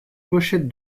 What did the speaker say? pochette